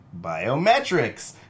biometrics